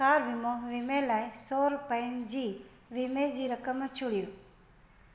car वीमो वीमे लाइ सौ रुपयनि जी वीमे जी रक़म चूंडियो